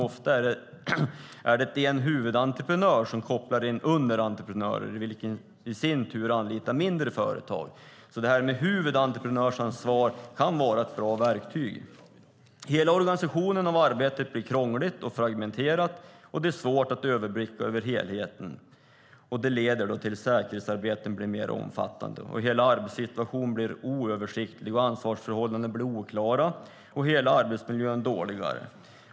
Ofta är det en huvudentreprenör som kopplar in underentreprenörer vilka i sin tur anlitar mindre företag, så detta med huvudentreprenörsansvar kan vara ett bra verktyg. Hela organisationen av arbetet blir krångligt och fragmenterat, och det är svårt att överblicka helheten. Det leder till att säkerhetsarbetet blir mer omfattande. Hela arbetssituationen blir oöversiktlig, ansvarsförhållandena blir oklara och hela arbetsmiljön blir sämre.